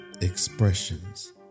expressions